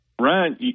Ryan